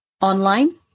online